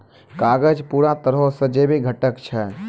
कागज पूरा तरहो से जैविक घटक छै